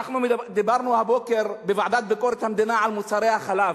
דיברנו הבוקר בוועדה לביקורת המדינה על מוצרי החלב.